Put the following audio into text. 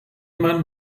man